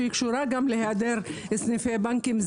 שהיא קשורה גם להיעדר סניפי בנקים,